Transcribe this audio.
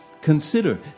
Consider